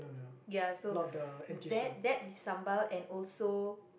ya so that that with sambal and also